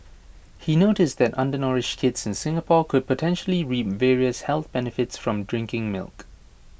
he noticed that undernourished kids in Singapore could potentially reap various health benefits from drinking milk